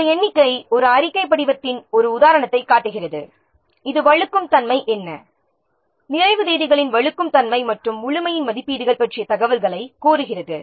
எனவே இந்த எண்ணிக்கை ஒரு அறிக்கை படிவத்தின் ஒரு உதாரணத்தைக் காட்டுகிறது இது வழுக்கும் தன்மை என்ன நிறைவு தேதிகளின் வழுக்கும் தன்மை மற்றும் முழுமையின் மதிப்பீடுகள் பற்றிய தகவல்களைக் கோருகிறது